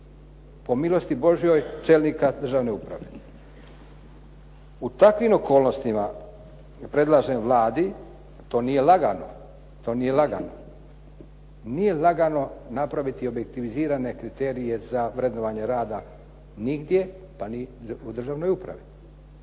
Po milosti Božjoj čelnika državne uprave. U takvim okolnostima predlažem Vladi to nije lagano, nije lagano napraviti objektiviziranje kriterije za vrednovanje rada nigdje pa ni u državnoj upravi.